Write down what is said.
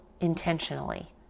intentionally